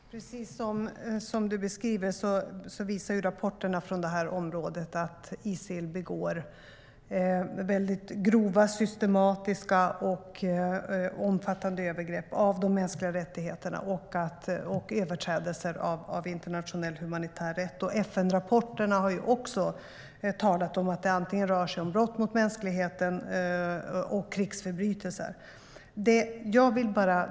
Herr talman! Precis som Robert Hannah beskriver visar rapporterna från detta område att Isil begår väldigt grova, systematiska och omfattande övergrepp mot de mänskliga rättigheterna och överträdelser av internationell humanitär rätt. FN-rapporterna har också talat om att det rör sig om brott mot mänskligheten och krigsförbrytelser.